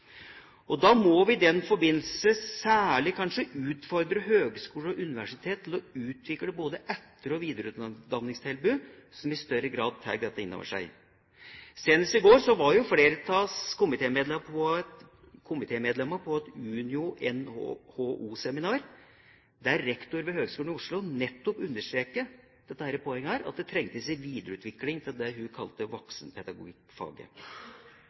må i den forbindelse kanskje særlig utfordre høgskoler og universiteter til å utvikle både etter- og videreutdanningstilbud som i større grad tar dette inn over seg. Senest i går var flere av oss komitémedlemmer på et Unio/NHO-seminar der rektor ved Høgskolen i Oslo nettopp understreket dette poenget, at det trengs en videreutvikling av voksenpedagogikkfaget. Da kan det